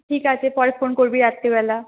ঠিক আছে পরে ফোন করবি রাত্রিবেলা